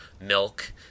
Milk